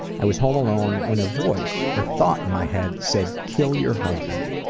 i was home alone when a voice or thought in my head said kill your husband.